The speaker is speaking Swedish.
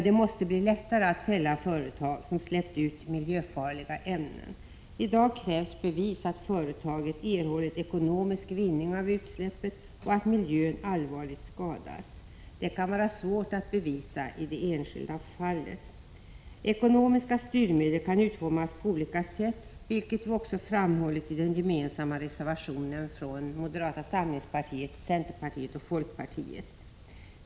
Det måste bli lättare att fälla företag som släppt ut miljöfarliga ämnen. I dag krävs bevis att företaget erhållit ekonomisk vinning av utsläppet och att miljön allvarligt skadats. Det kan vara svårt att bevisa i det enskilda fallet. Ekonomiska styrmedel kan utformas på olika sätt, vilket också framhållits i den gemensamma reservationen från moderata samlingspartiet, centerpartiet och folkpartiet.